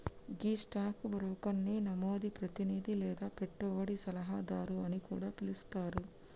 గీ stock బ్రోకర్ని నమోదిత ప్రతినిధి లేదా పెట్టుబడి సలహాదారు అని కూడా పిలుస్తారు